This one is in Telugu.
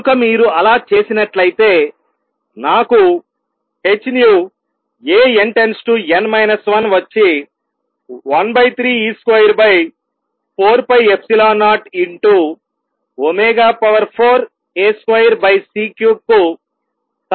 కనుక మీరు అలా చేసినట్లయితే నాకు h nu A n →n 1 వచ్చి 13 e2 4ε0ω4 A2 C3 కు సమానం అవుతుంది